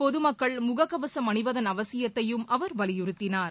பொதுமக்கள் முகக்கவசம் அணிவதன் அவசியத்தையும் அவர் வலியுறுத்தினார்